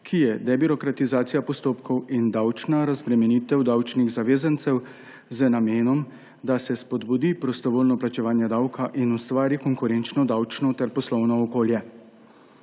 ki je debirokratizacija postopkov in davčna razbremenitev davčnih zavezancev z namenom, da se spodbudi prostovoljno plačevanje davka in ustvari konkurenčno davčno ter poslovno okolje.